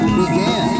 began